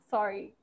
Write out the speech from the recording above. Sorry